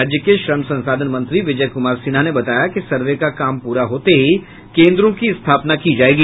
राज्य के श्रम संसाधन मंत्री विजय कुमार सिन्हा ने बताया कि सर्वे का काम पूरा होते ही केन्द्रों की स्थापना कर दी जायेगी